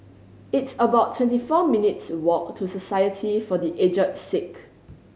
it's about twenty four minutes' walk to Society for The Aged Sick